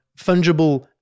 fungible